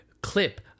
clip